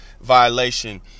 violation